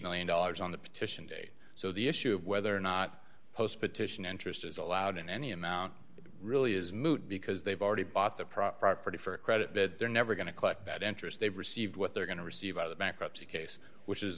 million dollars on the petition date so the issue of whether or not post petition interest is allowed in any amount really is moot because they've already bought the property for a credit they're never going to collect that enters they've received what they're going to receive on the bankruptcy case which is